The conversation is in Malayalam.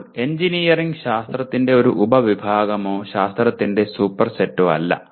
ഇപ്പോൾ എഞ്ചിനീയറിംഗ് ശാസ്ത്രത്തിന്റെ ഒരു ഉപവിഭാഗമോ ശാസ്ത്രത്തിന്റെ സൂപ്പർസെറ്റോ അല്ല